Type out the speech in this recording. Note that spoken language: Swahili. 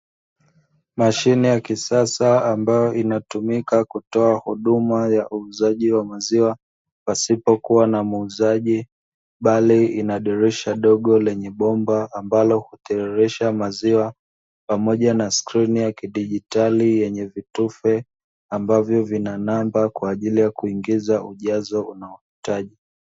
Mashine ya kisasa ambayo inatumika kutoa huduma ya uuzaji wa maziwa pasipo kuwa na muuzaji, bali ina dirisha dogo lenye bomba ambalo hutiririsha maziwa, pamoja na skrini ya kidigitali yenye vitufe, ambavyo vina namba kwa ajili ya kuingiza ujazo unaohitaji.